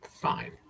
Fine